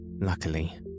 Luckily